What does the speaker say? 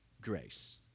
grace